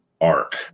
arc